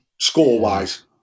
score-wise